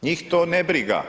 Njih to ne briga.